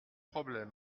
problème